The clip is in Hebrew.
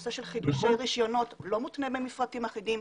הנושא של חידושי רישיונות לא מותנה במפרטים אחידים,